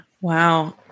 wow